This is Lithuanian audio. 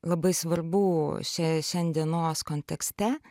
labai svarbu šia šiandienos kontekste